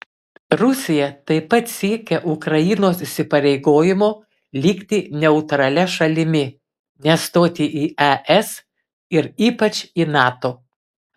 rusija taip pat siekia ukrainos įsipareigojimo likti neutralia šalimi nestoti į es ir ypač į nato